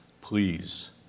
Please